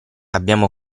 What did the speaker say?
abbiamo